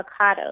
avocados